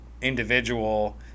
individual